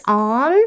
on